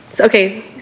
Okay